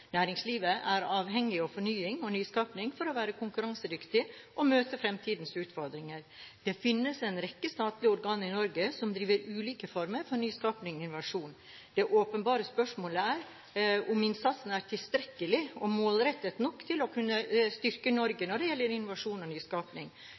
Næringslivet er avhengig av fornying og nyskaping for å være konkurransedyktig og møte fremtidens utfordringer. Det finnes en rekke statlige organ i Norge som driver ulike former for nyskaping og innovasjon. Det åpenbare spørsmålet er om innsatsen er tilstrekkelig og målrettet nok til å kunne styrke